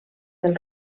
del